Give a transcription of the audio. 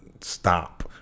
stop